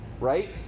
right